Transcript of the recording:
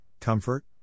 comfort